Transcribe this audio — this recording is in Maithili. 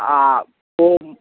आब छोडू